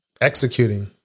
Executing